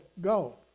Go